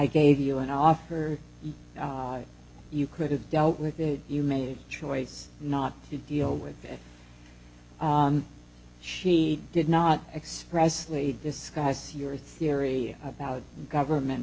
gave you an offer you could have dealt with that you made a choice not to deal with that she did not expressly discuss your theory about government